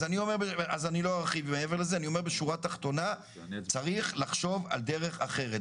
אז אני אומר בשורה התחתונה שצריך לחשוב על דרך אחרת,